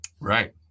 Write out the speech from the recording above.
right